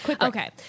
okay